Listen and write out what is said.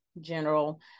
general